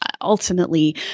ultimately